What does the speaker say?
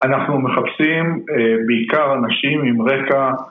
אנחנו מחפשים בעיקר אנשים עם רקע...